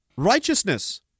righteousness